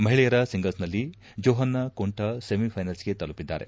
ಮಹಿಳೆಯರ ಸಿಂಗಲ್ಸ್ನಲ್ಲಿ Johanna Konta ಸೆಮಿಫ್ಲೆನಲ್ಸ್ಗೆ ತಲುಪಿದ್ದಾರೆ